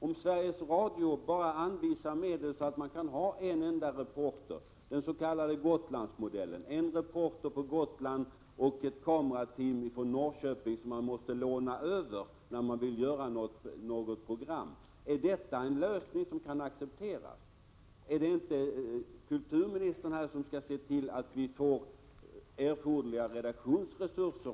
Om Sveriges Radio anvisar medel så att man bara kan ha en enda reporter, får man ju den s.k. Gotlandsmodellen; man har en reporter på Gotland och måste låna över ett kamerateam från Norrköping, när man vill göra något program. Är detta en lösning som kan accepteras? Är det inte kulturministern som skall se till att man får erforderliga redaktionsresurser?